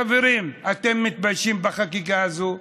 חברים, אתם מתביישים בחקיקה הזאת,